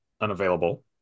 unavailable